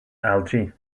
algae